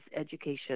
education